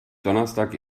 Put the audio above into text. donnerstag